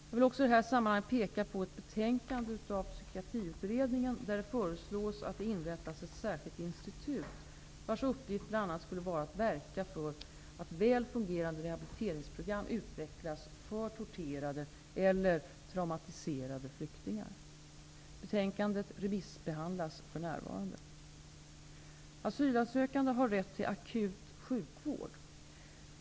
Jag vill också i detta sammanhang peka på ett betänkande av Psykiatriutredningen, där det föreslås att det inrättas ett särskilt institut, vars uppgift bl.a. skulle vara att verka för att väl fungerande rehabiliteringsprogram utvecklas för torterade eller traumatiserade flyktingar. Betänkandet remissbehandlas för närvarande. Asylsökande har rätt till akut sjukvård.